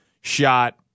shot